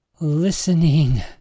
listening